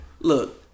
Look